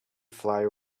fly